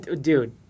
Dude